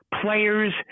players